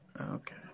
Okay